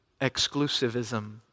exclusivism